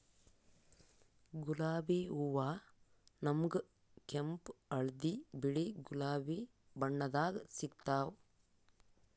ಗುಲಾಬಿ ಹೂವಾ ನಮ್ಗ್ ಕೆಂಪ್ ಹಳ್ದಿ ಬಿಳಿ ಗುಲಾಬಿ ಬಣ್ಣದಾಗ್ ಸಿಗ್ತಾವ್